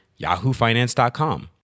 yahoofinance.com